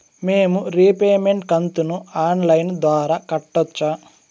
మేము రీపేమెంట్ కంతును online ద్వారా కట్టొచ్చా